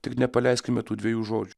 tik nepaleiskime tų dviejų žodžių